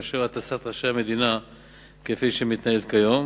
מאשר הטסת ראשי המדינה כפי שהיא מתנהלת היום.